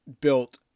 built